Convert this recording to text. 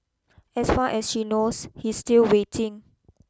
as far as she knows he's still waiting